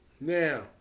Now